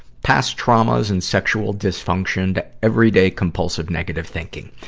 past traumas and sexual dysfunction, to everyday, compulsive negative thinking.